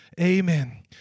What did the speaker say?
Amen